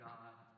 God